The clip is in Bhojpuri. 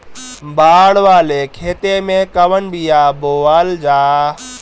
बाड़ वाले खेते मे कवन बिया बोआल जा?